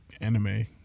Anime